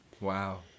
Wow